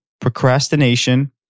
Procrastination